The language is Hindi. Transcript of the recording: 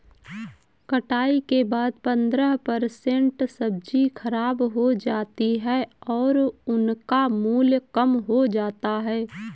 कटाई के बाद पंद्रह परसेंट सब्जी खराब हो जाती है और उनका मूल्य कम हो जाता है